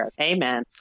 Amen